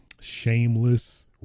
shameless